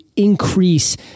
Increase